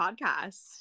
podcast